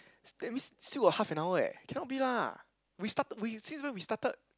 that means still got half an hour eh cannot be lah we started since when we started